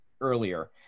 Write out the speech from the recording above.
earlier